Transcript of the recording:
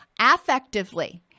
Affectively